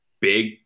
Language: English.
big